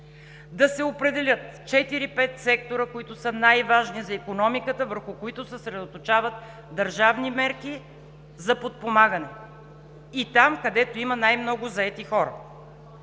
Да се определят четири, пет сектора, които са най-важни за икономиката, върху които се съсредоточават държавни мерки за подпомагане и там, където има най-много заети хора.